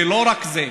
ולא רק זה,